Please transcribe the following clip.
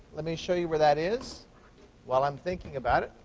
let me show you where that is while i'm thinking about it.